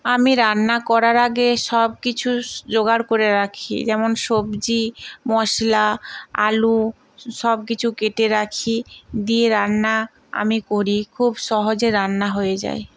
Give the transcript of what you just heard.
আমি রান্না করার আগে সব কিছু জোগাড় করে রাখি যেমন সবজি মশলা আলু সব কিছু কেটে রাখি দিয়ে রান্না আমি করি খুব সহজে রান্না হয়ে যায়